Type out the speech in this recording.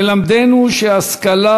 להערצה.